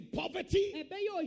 poverty